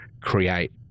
create